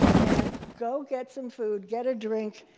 and go get some food, get a drink,